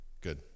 Good